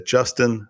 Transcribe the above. Justin